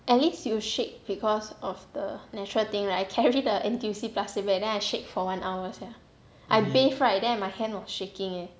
at least you shake because of the natural thing where I carry the N_T_U_C plastic bag then I shake for one hour sia I bathe right then my hand shaking eh